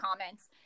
comments